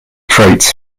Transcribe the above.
traits